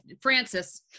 Francis